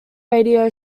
radio